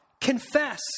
Confess